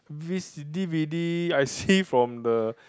v_c~ D_V_D I see from the